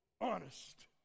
honest